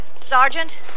Sergeant